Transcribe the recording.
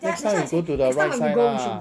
next time we go to the right side lah